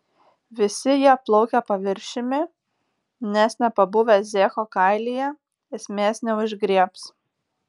visi jie plaukia paviršiumi nes nepabuvę zeko kailyje esmės neužgriebs